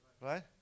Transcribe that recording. Right